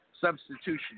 Substitution